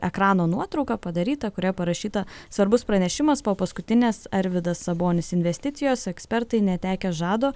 ekrano nuotrauka padaryta kurioj parašyta svarbus pranešimas po paskutinės arvydas sabonis investicijos ekspertai netekę žado